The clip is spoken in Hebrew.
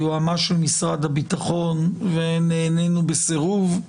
היועמ"ש של משרד הביטחון ונענינו בסירוב.